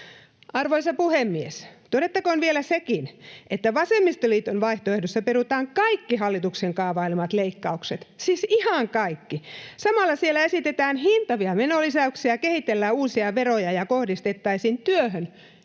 Arvoisa puhemies! Todettakoon vielä sekin, että vasemmistoliiton vaihtoehdossa perutaan kaikki hallituksen kaavailemat leikkaukset, siis ihan kaikki. Samalla siellä esitetään hintavia menolisäyksiä, kehitellään uusia veroja ja kohdistettaisiin työhön